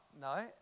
No